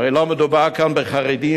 הרי לא מדובר כאן בחרדים,